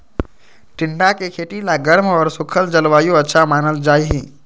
टिंडा के खेती ला गर्म और सूखल जलवायु अच्छा मानल जाहई